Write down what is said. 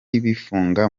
bifunga